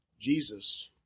Jesus